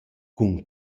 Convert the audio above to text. cun